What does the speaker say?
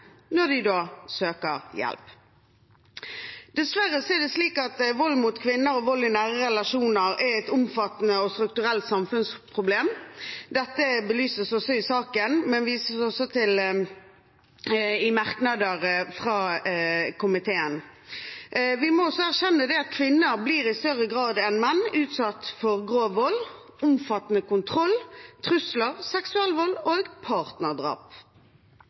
når de søker hjelp. Dessverre er det slik at vold mot kvinner og vold i nære relasjoner er et omfattende og strukturelt samfunnsproblem. Dette belyses i saken, og det vises også til i merknader fra komiteen. Vi må også erkjenne at kvinner i større grad enn menn blir utsatt for grov vold, omfattende kontroll, trusler, seksuell vold og partnerdrap.